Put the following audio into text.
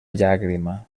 llàgrima